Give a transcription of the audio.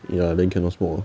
ya then cannot smoke